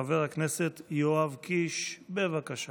חבר הכנסת יואב קיש, בבקשה.